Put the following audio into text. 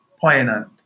poignant